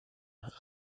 and